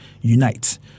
Unite